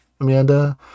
amanda